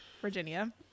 virginia